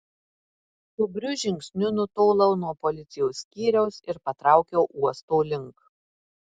skubriu žingsniu nutolau nuo policijos skyriaus ir patraukiau uosto link